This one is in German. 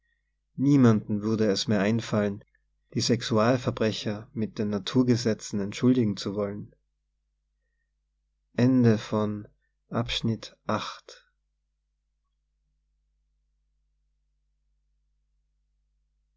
mandem würde es mehr einfallen die sexualverbrecher mit den naturgesetzen entschuldigen zu wollen